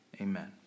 amen